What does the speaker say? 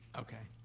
okay,